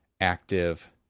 active